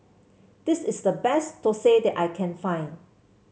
this is the best thosai that I can find